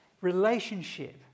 relationship